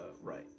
right